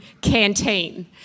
canteen